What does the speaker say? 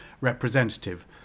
representative